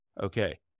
okay